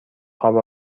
خواب